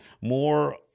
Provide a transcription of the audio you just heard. more